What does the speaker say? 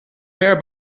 ver